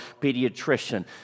pediatrician